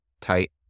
tight